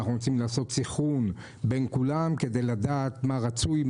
אנחנו רוצים לעשות סנכרון בין כולם כדי לדעת מה רצוי,